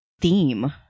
theme